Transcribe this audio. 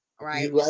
right